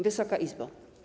Wysoka Izbo!